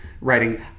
writing